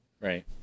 right